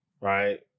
right